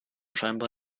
scheinbar